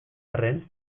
arren